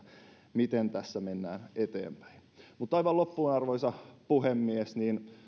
miten tässä mennään eteenpäin aivan loppuun arvoisa puhemies